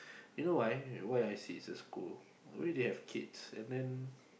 you know why why I see is a school only they have kids and then